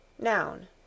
noun